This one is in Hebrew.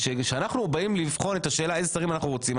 אז כשאנחנו באים לבחון את השאלה איזה שרים אנחנו רוצים,